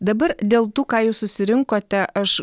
dabar dėl tų ką jūs susirinkote aš